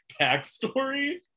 backstory